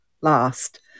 last